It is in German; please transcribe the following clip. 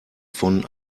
von